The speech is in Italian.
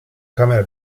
camera